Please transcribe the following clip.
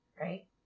Right